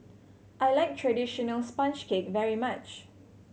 I like traditional sponge cake very much